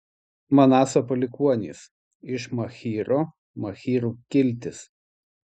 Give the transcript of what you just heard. manaso palikuonys iš machyro machyrų kiltis